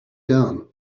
done